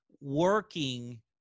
working